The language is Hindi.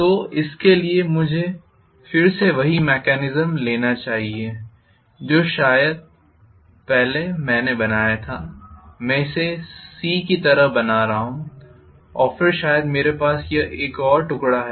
तो इसके लिए मुझे फिर से वही मैकेनिज्म लेना चाहिए जो शायद मैंने पहले बनाया था मैं इसे C की तरह बना रहा हूं और फिर शायद मेरे पास यहां एक और टुकड़ा है